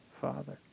Father